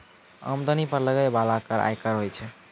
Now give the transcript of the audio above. आमदनी पर लगै बाला कर आयकर होय छै